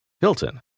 Hilton